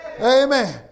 Amen